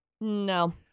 No